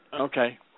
Okay